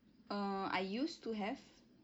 err I used to have